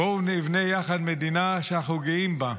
בואו נבנה יחד מדינה שאנחנו גאים בה,